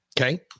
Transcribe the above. Okay